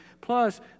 plus